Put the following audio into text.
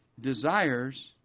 desires